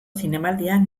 zinemaldian